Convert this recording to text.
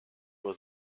was